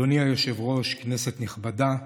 אדוני היושב-ראש, כנסת נכבדה,